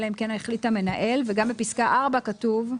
אלא אם כן החליט המנהל" וגם בפסקה (4) כתוב,